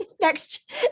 Next